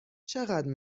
چقدر